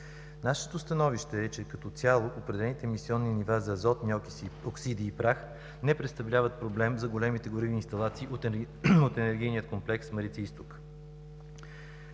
Нашето становище е, че като цяло определените емисионни нива за азотни оксиди и прах не представляват проблем за големите горивни инсталации от енергийния комплекс „Марица изток“.